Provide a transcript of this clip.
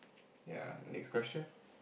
ya next question